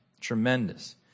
tremendous